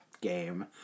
game